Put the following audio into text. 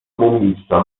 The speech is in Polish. miejsca